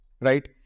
right